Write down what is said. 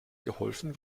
geholfen